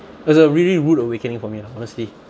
it was a really rude awakening weakening for me lah honestly